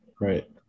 right